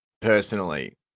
personally